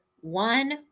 one